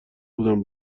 بودم